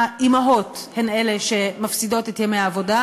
עכשיו מה, חולה או חולה הילדה,